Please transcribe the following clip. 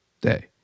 day